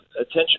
attention